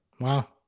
Wow